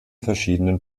verschiedenen